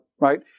right